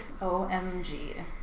OMG